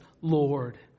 Lord